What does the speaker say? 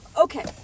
Okay